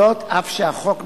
זאת אף שהחוק מחייבם,